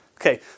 Okay